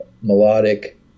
melodic